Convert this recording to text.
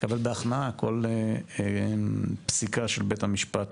כל פסיקה של בית-המשפט